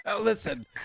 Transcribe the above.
Listen